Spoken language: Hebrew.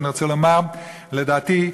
לדעתי,